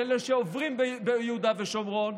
של אלה שעוברים ביהודה ושומרון,